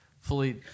fully